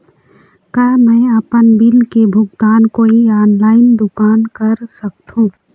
का मैं आपमन बिल के भुगतान कोई ऑनलाइन दुकान कर सकथों?